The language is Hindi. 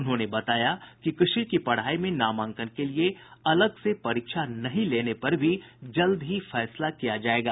उन्होंने बताया कि कृषि की पढ़ाई में नामांकन के लिए अलग से परीक्षा नहीं लेने पर भी जल्द ही फैसला किया जायेगा